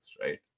right